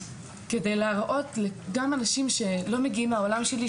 כדי להראות גם אנשים שלא מגיעים מהעולם שלי,